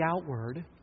outward